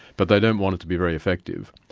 but they don't want it to be very effective.